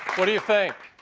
what do you think?